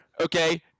okay